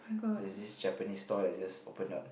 there's this Japanese stall that's just opened up